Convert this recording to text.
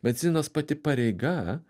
medicinos pati pareiga